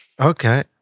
Okay